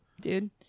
dude